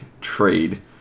trade